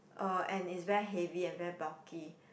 uh and it's very heavy and very bulky